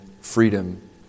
freedom